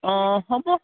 অঁ হ'ব